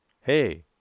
hey